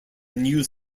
news